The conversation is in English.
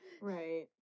Right